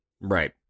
Right